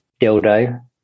dildo